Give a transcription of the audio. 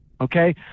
Okay